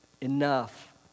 enough